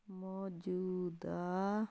ਮੌਜੂਦਾ